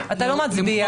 אתה לא מצביע.